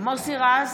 מוסי רז,